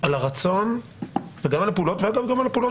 על הרצון ועל הפעולות.